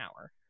hour